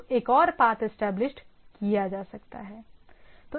तो एक और पाथ इस्टैबलिश्ड किया जा सकता है